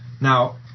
Now